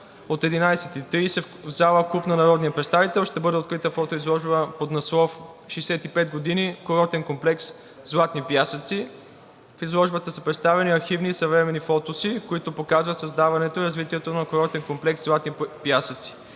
От 11,30 ч. в зала „Клуб на народния представител“ ще бъде открита фотоизложба под надслов: „65 години курортен комплекс „Златни пясъци“. В изложбата са представени архивни и съвременни фотоси, които показват създаването и развитието на курортен комплекс „Златни пясъци“.